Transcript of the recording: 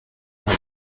nta